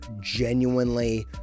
genuinely